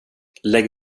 lägg